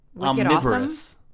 Omnivorous